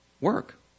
work